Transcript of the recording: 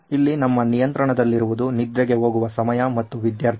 ಇಲ್ಲಿ ನಮ್ಮ ನಿಯಂತ್ರಣದಲ್ಲಿರುವುದು ನಿದ್ರೆಗೆ ಹೋಗುವ ಸಮಯ ಮತ್ತು ವಿದ್ಯಾರ್ಥಿ